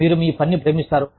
మీరు మీ పనిని ప్రేమిస్తారు